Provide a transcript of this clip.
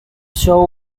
show